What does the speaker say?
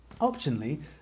Optionally